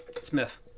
Smith